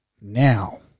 Now